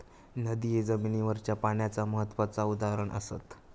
नदिये जमिनीवरच्या पाण्याचा महत्त्वाचा उदाहरण असत